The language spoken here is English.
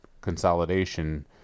consolidation